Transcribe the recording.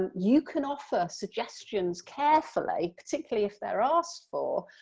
and you can offer suggestions carefully, particularly if they're asked for,